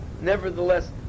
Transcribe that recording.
nevertheless